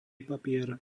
papier